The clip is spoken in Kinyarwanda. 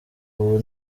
ubu